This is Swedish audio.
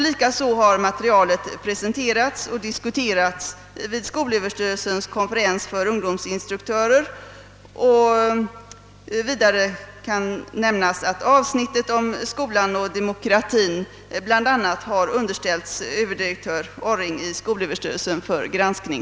Likaså har materialet presenterats och diskuterats vid skolöverstyrelsens konferens för ungdomsinstruktörer. Vidare kan nämnas att avsnittet om skolan och demokratin bland annat underställts överdirektör Orring i skolöverstyrelsen för granskning.